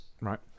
right